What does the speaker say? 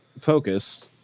focus